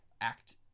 act